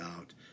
out